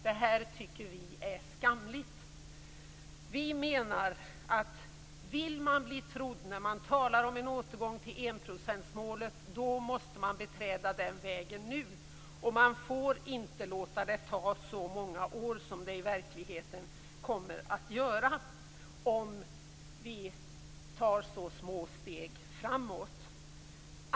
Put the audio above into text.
Detta tycker vi är skamligt. Vill man bli trodd när man talar om en återgång till enprocentsmålet, då måste man beträda den vägen nu. Man får inte låta det ta så många år som det i verkligheten kommer att göra, om man tar så små steg framåt.